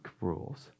rules